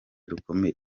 rukomeye